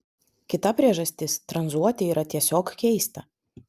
kita priežastis tranzuoti yra tiesiog keista